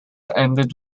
ended